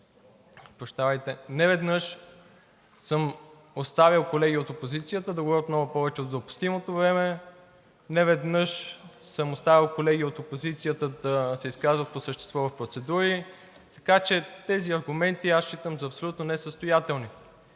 Неведнъж съм оставял колеги от опозицията да говорят много повече от допустимото време, неведнъж съм оставял колеги от опозицията да се изказват по същество в процедури, така че тези аргументи считам за абсолютно несъстоятелни.